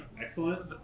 Excellent